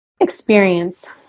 Experience